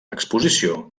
exposició